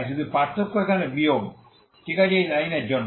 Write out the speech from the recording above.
তাই শুধু পার্থক্য এখানে বিয়োগ ঠিক আছে এই লাইনের জন্য